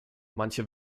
manche